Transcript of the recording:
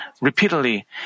repeatedly